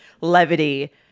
levity